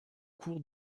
cours